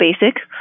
Basic